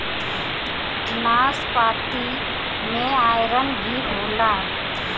नाशपाती में आयरन भी होला